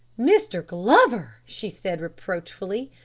mr. glover, she said reproachfully,